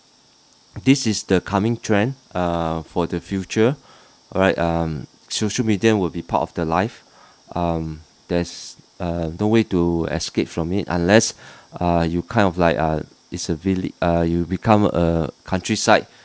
this is the coming trend err for the future alright um social media will be part of the life um there's err no way to escape from it unless err you kind of like uh is a vil~ err you become uh countryside